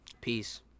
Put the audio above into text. Peace